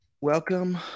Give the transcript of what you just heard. Welcome